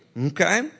Okay